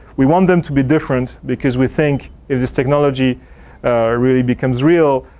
we want them to be different because we think if this technology really becomes real.